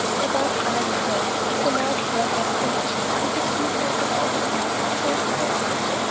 her dark eyes filled as the last word left her lips, and the beauty of a touched heart shone in her face.